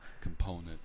component